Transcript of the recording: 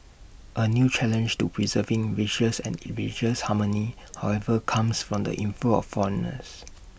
A new challenge to preserving racial and harmony however comes from the inflow of foreigners